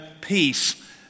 peace